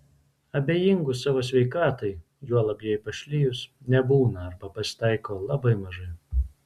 abejingų savo sveikatai juolab jai pašlijus nebūna arba pasitaiko labai mažai